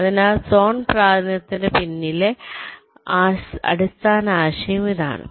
അതിനാൽ സോൺ പ്രാതിനിധ്യത്തിന് പിന്നിലെ അടിസ്ഥാന ആശയം ഇതാണ്